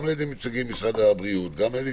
גם על-ידי נציגי משרד הבריאות וגם על-ידי